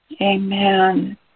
Amen